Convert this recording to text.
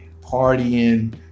partying